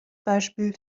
beispiel